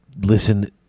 listen